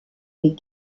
les